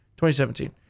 2017